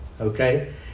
okay